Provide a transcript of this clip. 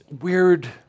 weird